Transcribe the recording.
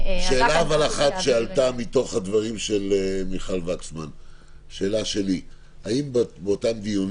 שאלה אחת מהדברים שעלתה אצלי מתוך הדברים